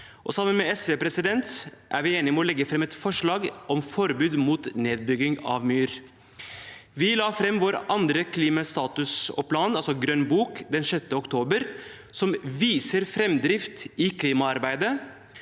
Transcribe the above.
Sammen med SV er vi enige om å legge fram et forslag om forbud mot nedbygging av myr. Vi la fram vår andre klimastatus og -plan, altså grønn bok, den 6. oktober. Den viser framdriften i klimaarbeidet